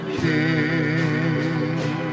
king